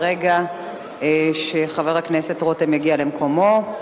ברגע שחבר הכנסת רותם יגיע למקומו.